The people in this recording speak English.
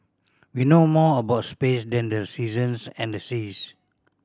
we know more about space than the seasons and the seas